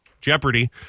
Jeopardy